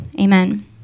Amen